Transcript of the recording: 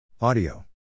Audio